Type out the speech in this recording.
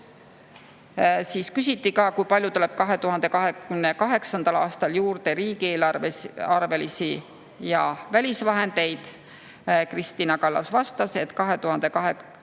50%. Küsiti ka, kui palju tuleb 2028. aastal juurde riigieelarvelisi ja välisvahendeid. Kristina Kallas vastas, et 2028.